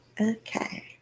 Okay